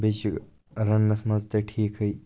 بیٚیہِ چھِ رَننَس منٛز تہِ ٹھیٖکھٕے